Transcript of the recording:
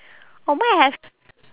for mine I have